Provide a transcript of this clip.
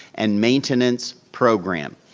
and maintenance program.